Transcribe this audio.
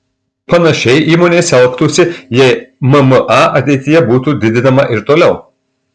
panašiai įmonės elgtųsi jei mma ateityje būtų didinama ir toliau